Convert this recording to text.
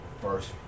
first